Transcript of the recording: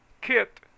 kit